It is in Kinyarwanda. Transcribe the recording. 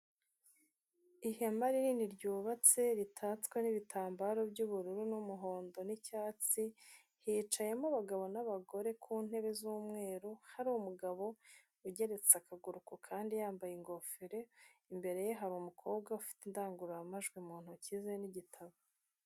Ihema rinini ryubatse ritatswe n'ibitambaro by'ubururu, n'umuhondo, n'icyatsi, hicayemo abagabo n'abagore ku ntebe z'umweru, hari umugabo ugeretse akaguru ku kandi, yambaye ingofero. Imbere ye haba umukobwa ufite indangururamajwi mu ntoki ze n'igitabo.